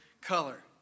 color